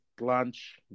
Lunch